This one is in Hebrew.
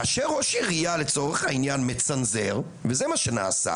כאשר ראש עירייה לצורך העניין מצנזר וזה מה שנעשה,